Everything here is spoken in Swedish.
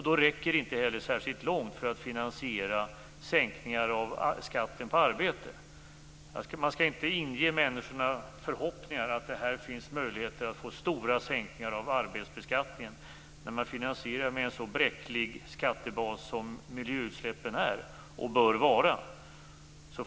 Då räcker detta inte heller särskilt långt för att finansiera sänkningar av skatten på arbete. Man skall inte inge människor förhoppningar att det finns möjligheter att åstadkomma stora sänkningar av arbetsbeskattningen när man finansierar det med en så bräcklig skattebas som miljöutsläppen är och bör vara.